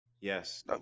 Yes